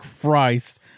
Christ